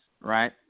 right